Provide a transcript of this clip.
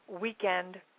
weekend